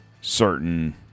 certain